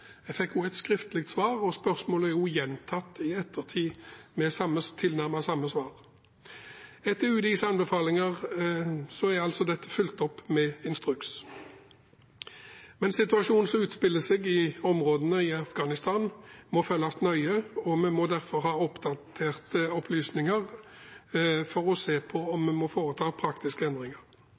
Jeg fikk også et skriftlig svar, og spørsmålet er også gjentatt i ettertid med tilnærmet samme svar. Etter UDIs anbefalinger er dette altså fulgt opp med instruks. Men situasjonen som utspiller seg i områdene i Afghanistan, må følges nøye, og vi må derfor ha oppdaterte opplysninger for å se på om vi må foreta praktiske endringer.